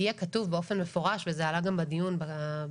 יהיה כתוב באופן מפורש - וזה עלה גם בדיון בוועדה.